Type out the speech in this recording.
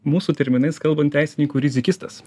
mūsų terminais kalbant teisininkų rizikistas